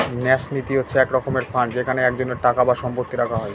ন্যাস নীতি হচ্ছে এক রকমের ফান্ড যেখানে একজনের টাকা বা সম্পত্তি রাখা হয়